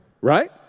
right